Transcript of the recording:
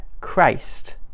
Christ